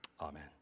Amen